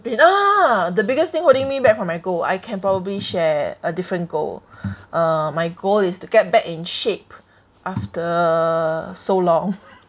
ah the biggest thing holding me back from my goal I can probably share a different goal uh my goal is to get back in shape after so long